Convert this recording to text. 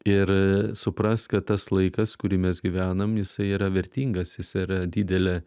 ir suprast kad tas laikas kurį mes gyvenam jisai yra vertingas jis yra didelė